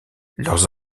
leurs